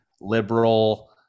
liberal